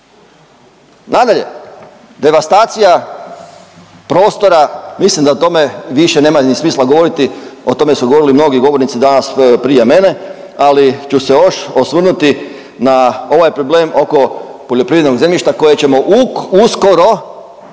Nadalje, devastacija prostora mislim da o tome više nema niti smisla govoriti. O tome su govorili mnogi govornici danas prije mene. Ali ću se još osvrnuti na ovaj problem oko poljoprivrednog zemljišta koje ćemo uskoro